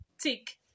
Tick